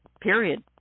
period